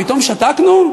פתאום שתקנו?